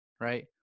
right